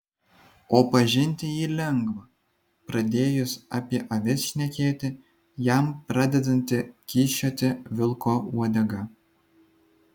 o pažinti jį lengva pradėjus apie avis šnekėti jam pradedanti kyščioti vilko uodega